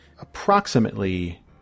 approximately